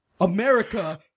America